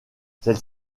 celle